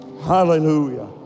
hallelujah